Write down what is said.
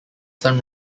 sun